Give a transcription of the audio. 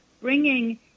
bringing